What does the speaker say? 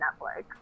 netflix